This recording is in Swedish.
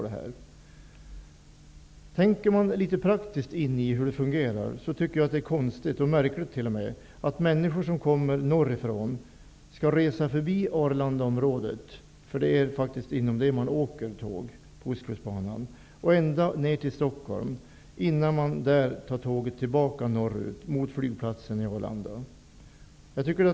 Ser man till hur det praktiskt fungerar, är det konstigt och t.o.m. litet märkligt att människor som kommer norr ifrån skall resa förbi Arlandaområdet -- Ostkustbanan går igenom detta område -- ända ner till Stockholm och där ta tåget tillbaka norrut mot flygplatsen i Arlanda.